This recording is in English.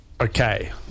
Okay